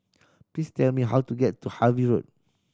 please tell me how to get to Harvey Road